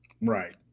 Right